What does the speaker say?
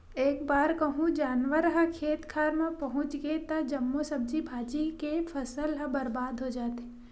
एक बार कहूँ जानवर ह खेत खार मे पहुच गे त जम्मो सब्जी भाजी के फसल ह बरबाद हो जाथे